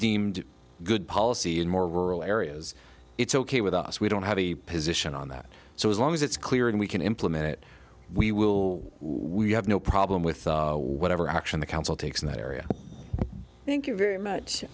deemed good policy in more rural areas it's ok with us we don't have a position on that so as long as it's clear and we can implement it we will we have no problem with whatever action the council takes in that area thank you very much